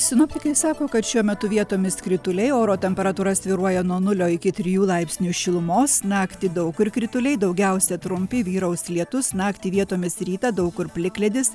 sinoptikai sako kad šiuo metu vietomis krituliai oro temperatūra svyruoja nuo nulio iki trijų laipsnių šilumos naktį daug kur krituliai daugiausia trumpi vyraus lietus naktį vietomis rytą daug kur plikledis